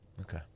Okay